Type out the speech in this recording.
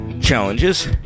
challenges